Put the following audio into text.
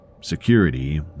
security